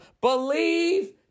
believe